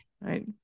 Right